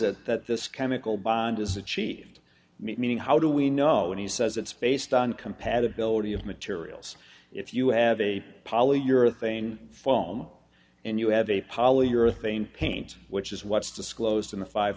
it that this chemical bond is achieved meaning how do we know and he says it's based on compatibility of materials if you have a polyurethane foam and you have a polyurethane paints which is what's disclosed in the five